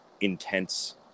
intense